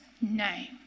name